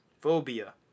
phobia